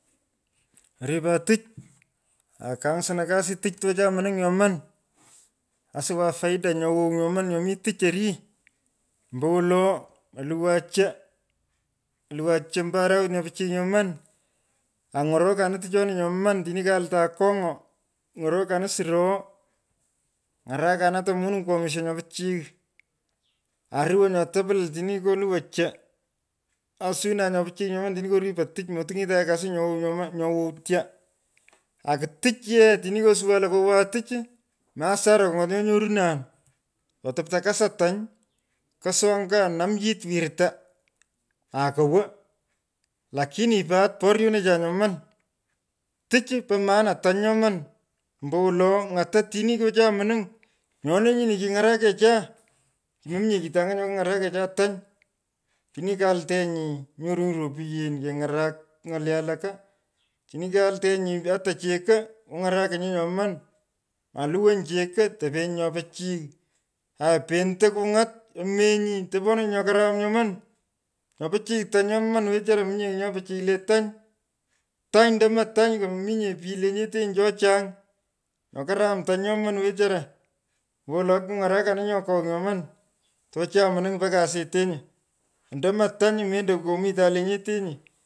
Oripan tich aa kainsanan kasi tic tocha munung’ nyoman. osuwan faida nyo wow nyoman nyo mii tich orii. ombowolo olvwa cho oluwan cho ombo arawet nyo pichiy nyoman. aa ny’orokanin tichoni suro. ng’arakanin ato moning kwomisho nyo pichiy aruwon nyo tapilil otini koluwo cho. osiwanin nyo pichiy nyoman otini koripon tich motiny’etany kasi nyo wow nyoma nyo wow tyaa. ak tich yee otini kesuwan lo kuwan tich. mi hasara angat nyo nyorunan. atop to kasaa tany. kasoo angaa naam yiit wirta ako wo. Lakini pat poryonecha nyoman. Tich. po maana tany nyoman. ombowoio. ng’ata otini kyochan munung nyoni nyini kiny’arakecha. kimominye kitanga nyo kiny’arukecha tany. Otini kaltenyi nyorunyi ropyen. keny’arak my’alee walaka. otini kaltenyi cheko. kuny’arakinyi nyoman. aa luwonyi cheko tepenyi nyo pichiy aya pento kuny’at omenyi toponenyi nyo karam nyoman. Nyoo pichiy tany nyooman wechara. mominye kigh nyo pichiy le tany. Tany ndomo tany komominye pich lenyetenyi cho chang. nyo karam tany nyoman wechara. ombowolo kikuny’arakenenyo kogh nyoman tochan munung asetenyi. ando mo tany mendo kotomitan lenyenteni.